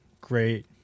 great